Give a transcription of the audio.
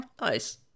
Nice